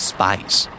Spice